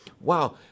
Wow